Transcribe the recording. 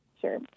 sure